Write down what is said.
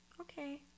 okay